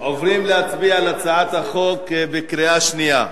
עוברים להצביע על הצעת החוק בקריאה שנייה.